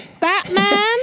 Batman